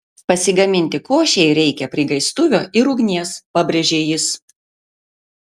pasigaminti košei reikia prikaistuvio ir ugnies pabrėžė jis